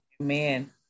Amen